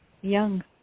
young